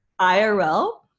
IRL